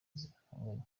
zihanganye